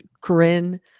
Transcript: Corinne